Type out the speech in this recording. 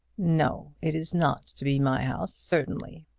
no it is not to be my house certainly.